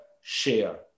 share